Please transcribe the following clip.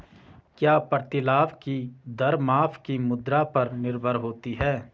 क्या प्रतिलाभ की दर माप की मुद्रा पर निर्भर होती है?